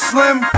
Slim